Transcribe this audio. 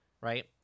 right